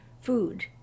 food